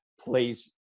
Please